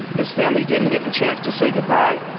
his family didn't get the chance to say goodbye.